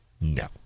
no